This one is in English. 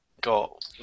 got